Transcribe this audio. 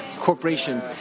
corporation